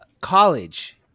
college